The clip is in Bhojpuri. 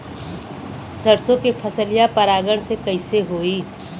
सरसो के फसलिया परागण से कईसे होई?